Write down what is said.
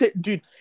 dude